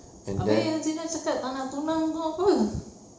habis yang zina cakap tak nak tunang itu apa